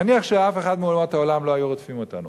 נניח שאף אחת מאומות העולם לא היתה רודפת אותנו,